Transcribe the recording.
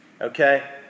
Okay